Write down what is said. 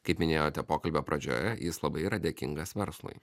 kaip minėjote pokalbio pradžioje jis labai yra dėkingas verslui